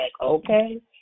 okay